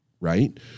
right